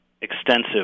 extensive